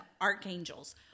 archangels